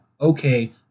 okay